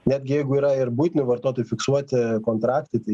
netgi jeigu yra ir buitinių vartotojų fiksuoti kontraktai tai